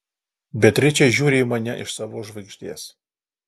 beatričė žiūri į mane iš savo žvaigždės